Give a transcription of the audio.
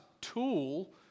tool